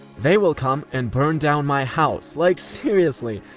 they will come and burn down my house. like seriously,